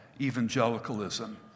evangelicalism